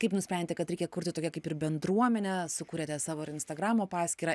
kaip nusprendėte kad reikia kurti tokią kaip ir bendruomenę sukūrėte savo ir instagramo paskyrą